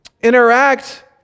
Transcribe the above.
interact